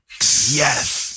yes